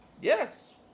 Yes